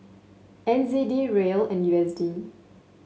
N Z D Riel and U S D